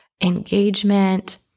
engagement